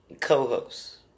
co-hosts